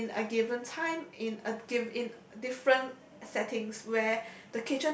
in a given time in a give in different settings where